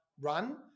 run